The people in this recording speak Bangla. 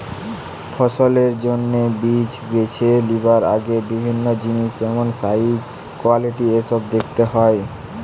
ফসলের জন্যে বীজ বেছে লিবার আগে বিভিন্ন জিনিস যেমন সাইজ, কোয়ালিটি এসোব দেখতে হয়